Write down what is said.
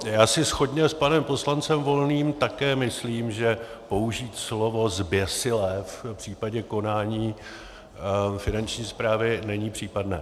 Já si shodně s panem poslancem Volným také myslím, že použít slovo zběsilé v případě konání Finanční správy není případné.